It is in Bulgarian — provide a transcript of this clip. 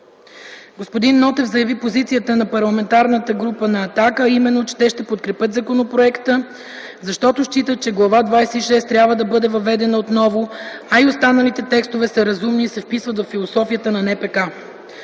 Господин Нотев заяви позицията на Парламентарната група на партия „Атака”, а именно, че те ще подкрепят законопроекта, защото считат че Глава 26 трябва да бъде въведена отново, а и останалите текстове са разумни и се вписват във философията на НПК.